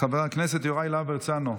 חבר הכנסת יוראי להב הרצנו,